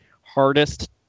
hardest